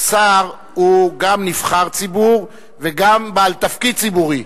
שר הוא גם נבחר ציבור וגם בעל תפקיד ציבורי.